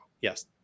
Yes